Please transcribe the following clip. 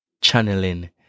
channeling